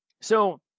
So-